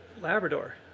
Labrador